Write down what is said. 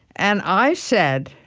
and i said